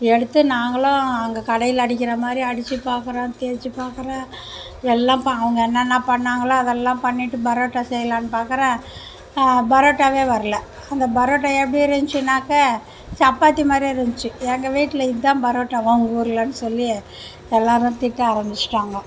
எடுத்து நாங்களாம் அங்கே கடையில் அடிக்கிற மாதிரி அடித்து பார்க்குறோம் தேய்ச்சி பார்க்குறேன் எல்லாம் பா அவங்க என்னான்ன பண்ணாங்களோ அதெல்லாம் பண்ணிட்டு பரோட்டா செய்யலான்னு பார்க்கறேன் பராட்டாவே வரல அந்த பரோட்டா எப்படி இருந்துச்சினாக்க சப்பாத்தி மாதிரி இருந்துச்சி எங்கள் வீட்டில் இதுதான் பரோட்டாவா உங்கள் ஊர்லேன்னு சொல்லி எல்லாரும் திட்ட ஆரம்பிச்சுட்டாங்க